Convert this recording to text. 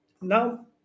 Now